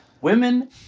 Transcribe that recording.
women